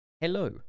Hello